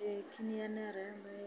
बेखिनियानो आरो ओमफ्राय